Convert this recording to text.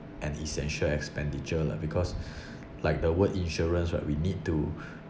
an essential expenditure lah because like the word insurance right we need to